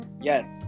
Yes